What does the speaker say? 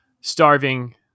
starving